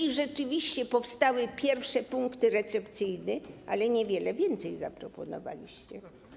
I rzeczywiście powstały pierwsze punkty recepcyjne, ale niewiele więcej zaproponowaliście.